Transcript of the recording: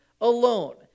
alone